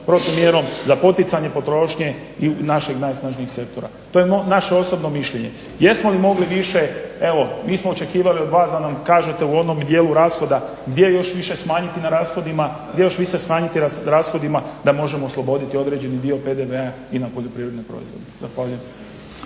protumjerom za poticanje potrošnje i našeg najsnažnijeg sektora. To je naše osobno mišljenje. Jesmo li mogli više? Evo mi smo očekivali od vas da nam kažete u onom dijelu rashoda gdje još više smanjiti na rashodima, gdje još više smanjiti da možemo osloboditi određeni dio PDV-a i na poljoprivredne proizvode. Zahvaljujem.